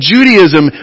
Judaism